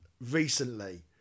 recently